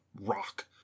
rock